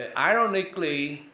and ironically,